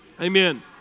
Amen